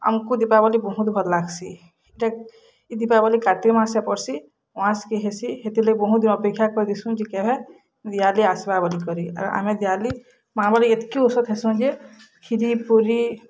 ଆମ୍କୁ ଦୀପାବଲୀ ବହୁତ୍ ଭଲ୍ ଲାଗ୍ସି ରେ ଏଇ ଦୀପାବଲୀ କାର୍ତ୍ତିକ ମାସରେ ପଡ଼୍ସି ଉଆଁସକେ ହେସି ହେତିର୍ ଲାଗି ବହୁତ ଦିନୁ ଅପେକ୍ଷା କରିସୁନ୍ ଯେ କେଭେ ଦିବାଲି ଆସ୍ବା ବୋଲିକରି ଆର ଆମେ ଦିଆଲି ବୋଲି ଏତ୍କି ଓସତ୍ ହେସୁଁ ଯେ ଖିରି ପୁରୀ